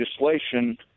legislation